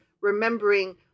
remembering